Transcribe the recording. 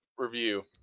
review